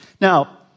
Now